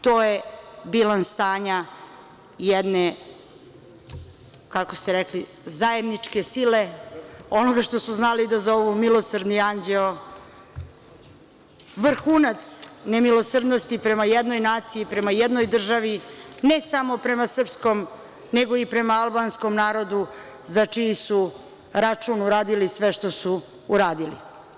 To je bilans stanja jedne, kako ste rekli, zajedničke sile, onoga što su znali da zovu „Milosrdni anđeo“, vrhunac nemilosrdnosti prema jednoj naciji, prema jednoj državi, ne samo prema srpskom nego i prema albanskom narodu, za čiji su račun uradili sve što su uradili.